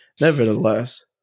nevertheless